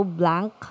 blank